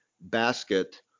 basket